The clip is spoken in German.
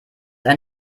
ein